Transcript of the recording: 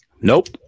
Nope